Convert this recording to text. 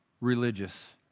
religious